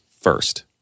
first